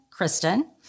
Kristen